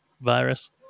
virus